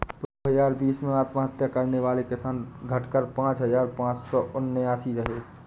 दो हजार बीस में आत्महत्या करने वाले किसान, घटकर पांच हजार पांच सौ उनासी रहे